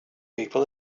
people